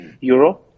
euro